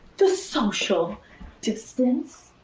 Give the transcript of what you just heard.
the social distance.